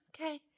Okay